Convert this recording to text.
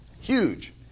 huge